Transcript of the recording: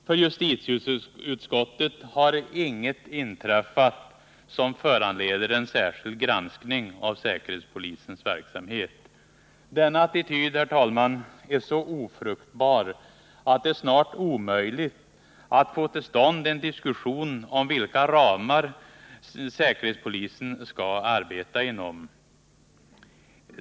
För justitieutskottet har inget inträffat som föranleder en särskild granskning av säkerhetspolisens verksamhet. Denna attityd, herr talman, är så ofruktbar att det snart är omöjligt att få till stånd en diskussion om vilka ramar säkerhetspolisen skall arbeta inom.